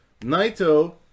Naito